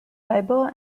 bible